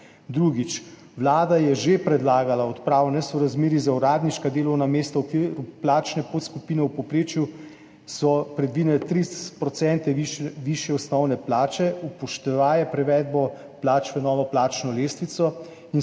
Drugič, Vlada je že predlagala odpravo nesorazmerij za uradniška delovna mesta v okviru plačne podskupine. V povprečju so predvidene 3 % višje osnovne plače, upoštevaje prevedbo plač v novo plačno lestvico.